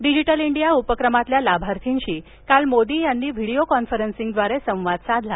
digital India उपक्रमातील लाभार्थीशी काल मोदी यांनी विडीबो कॉन्फरंसिंगद्वारे संवाद साधवला